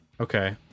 okay